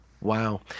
Wow